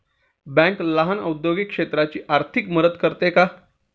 Bank लहान औद्योगिक क्षेत्राची आर्थिक मदत करते का?